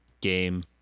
game